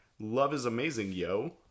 loveisamazingyo